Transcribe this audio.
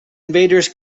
invaders